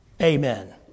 amen